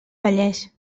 vallès